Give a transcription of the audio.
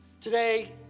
Today